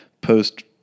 post